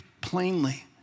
plainly